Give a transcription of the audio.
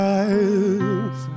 eyes